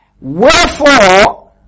Wherefore